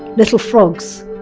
little frogs.